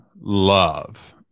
love